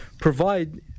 provide